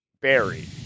buried